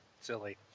silly